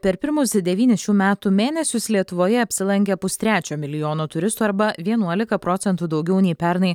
per pirmus devynis šių metų mėnesius lietuvoje apsilankė pustrečio milijono turistų arba vienuolika procentų daugiau nei pernai